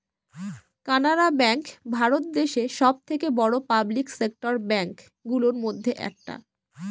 Canara bank Bharat দেশে সব থেকে বড়ো পাবলিক সেক্টর ব্যাঙ্ক গুলোর মধ্যে একটা